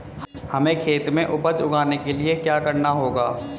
हमें खेत में उपज उगाने के लिये क्या करना होगा?